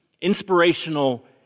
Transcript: inspirational